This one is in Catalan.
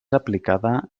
aplicada